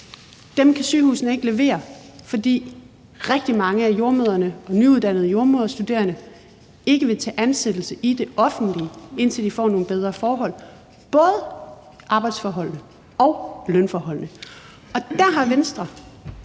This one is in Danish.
kan sygehusene ikke levere, fordi rigtig mange af jordemødrene og nyuddannede jordemoderstuderende ikke vil tage ansættelse i det offentlige, før de får nogle bedre forhold – og det gælder både arbejdsforholdene og lønforholdene.